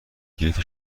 گیت